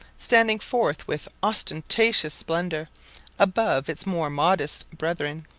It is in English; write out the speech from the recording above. standing forth with ostentatious splendour above its more modest brethren.